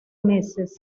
meses